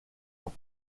ans